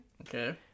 okay